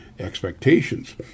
Expectations